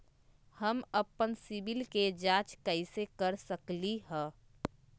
हम अपन सिबिल के जाँच कइसे कर सकली ह?